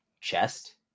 chest